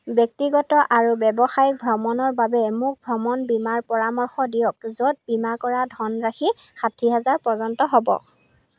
ব্যক্তিগত আৰু ব্যৱসায়িক ভ্ৰমণৰ বাবে মোক ভ্ৰমণ বীমাৰ পৰামৰ্শ দিয়ক য'ত বীমা কৰা ধনৰাশি ষাঠি হেজাৰ পৰ্যন্ত হ'ব